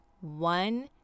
one